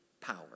power